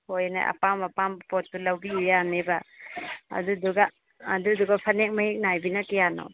ꯍꯣꯏꯅꯦ ꯑꯄꯥꯝ ꯑꯄꯥꯝꯕ ꯄꯣꯠꯇꯨ ꯂꯧꯕꯤꯌꯨ ꯌꯥꯅꯤꯕ ꯑꯗꯨꯗꯨꯒ ꯑꯗꯨꯗꯨꯒ ꯐꯅꯦꯛ ꯃꯌꯦꯛ ꯅꯥꯏꯕꯤꯅ ꯀꯌꯥꯅꯣ